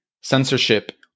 censorship